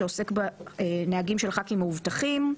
שעוסק בנהגים של חברי כנסת מאובטחים.